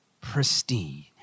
pristine